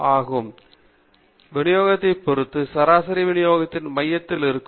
சில சமயங்களில் விநியோகத்தின் வடிவத்தை பொறுத்து சராசரி விநியோகத்தின் மையத்தில் இருக்கும்